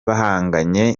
bahanganye